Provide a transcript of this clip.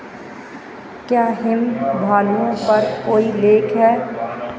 क्या हिम भालुओं पर कोई लेख है